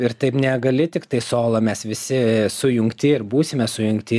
ir taip negali tiktai solo mes visi sujungti ir būsime sujungti